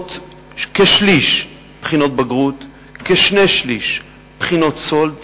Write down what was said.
עושות בחינות בגרות וכשני-שלישים, בחינות סאלד.